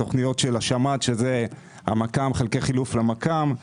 תוכניות של השמ"ט (שירות מטאורולוגי) שזה חלקי חילוף למכ"מ;